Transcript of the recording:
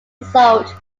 result